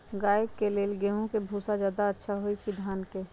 गाय के ले गेंहू के भूसा ज्यादा अच्छा होई की धान के?